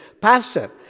Pastor